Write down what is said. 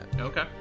Okay